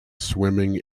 swimming